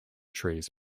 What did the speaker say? trees